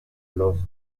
lost